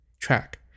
track